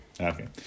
Okay